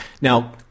Now